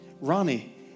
Ronnie